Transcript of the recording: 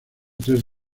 tres